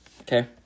Okay